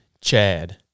Chad